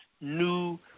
new